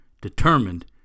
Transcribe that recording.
determined